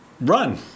run